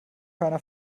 keiner